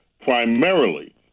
primarily